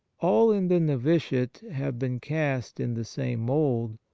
all in the novitiate have been cast in the same mould,